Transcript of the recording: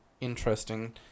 interesting